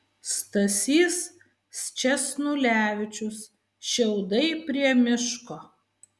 stasys sčesnulevičius šiaudai prie miško